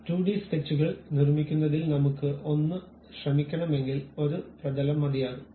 2 D സ്കെച്ചുകൾ നിർമ്മിക്കുന്നതിൽ നമുക്ക് ഒന്ന് ശ്രമിക്കണമെങ്കിൽ ഒരു പ്രതലം മതിയാകും